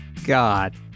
God